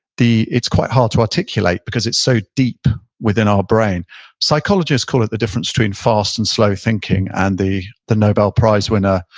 it's quite hard to articulate because it's so deep within our brain psychologists call it the difference between fast and slow thinking, and the the nobel prize winner,